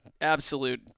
absolute